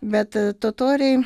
bet totoriai